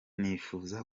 nifuza